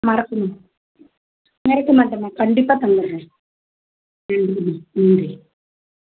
மறக்காமா மறக்க மாட்டேன்ம்மா கண்டிப்பாக தந்துடுறேன் ம் நன்றி